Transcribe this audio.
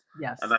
Yes